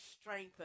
strengthen